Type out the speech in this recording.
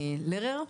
לרר.